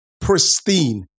pristine